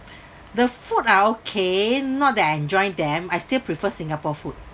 the food are okay not that I enjoyed them I still prefer singapore food